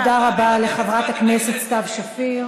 תודה רבה לחברת הכנסת סתיו שפיר.